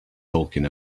talking